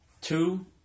two